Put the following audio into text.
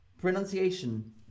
pronunciation